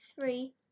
three